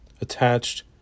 attached